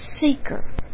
seeker